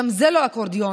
גם זה לא אקורדיון,